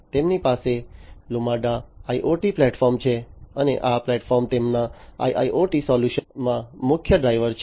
તેમની પાસે Lumada IoT platform છે અને આ પ્લેટફોર્મ તેમના IIoT સોલ્યુશન માં મુખ્ય ડ્રાઈવર છે